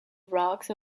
rocks